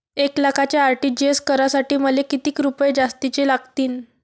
एक लाखाचे आर.टी.जी.एस करासाठी मले कितीक रुपये जास्तीचे लागतीनं?